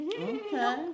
Okay